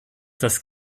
das